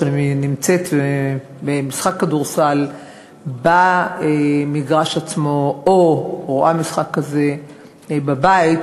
שאני נמצאת במשחק כדורסל במגרש עצמו או רואה משחק כזה בבית,